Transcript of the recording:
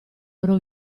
loro